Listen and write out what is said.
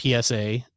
PSA